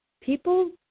people